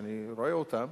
שאני רואה אותן,